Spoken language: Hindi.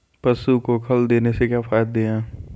पशु को खल देने से क्या फायदे हैं?